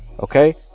Okay